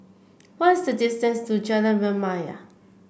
what is the distance to Jalan Remaja